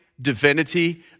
divinity